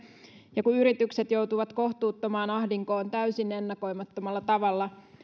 ja kun yritykset joutuvat kohtuuttomaan ahdinkoon täysin ennakoimattomalla tavalla